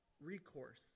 Recourse